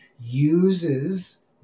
uses